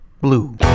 Blue